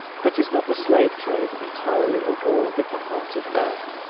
but is not the slave trade entirely a war with the heart of man?